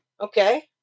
Okay